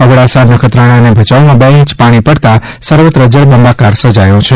અબડાસા નખત્રાણા અને ભચાઉમાં બે ઇંચ પાણી પડતાં સર્વત્ર જળબંબાકાર સર્જાયો છે